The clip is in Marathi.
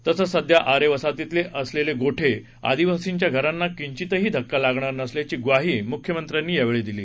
तसंच सध्या आरे वसाहतीत असलेले गोठे आदिवासींच्या घरांना किंचितही धक्का लागणार नसल्याची ग्वाही मुख्यमंत्र्यांनी यावेळी दिली